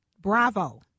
bravo